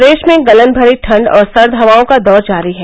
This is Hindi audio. प्रदेश में गलनभरी ठण्ड और सर्द हवाओं का दौर जारी है